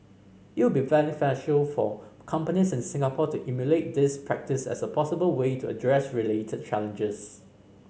it would be beneficial for companies in Singapore to emulate this practice as a possible way to address related challenges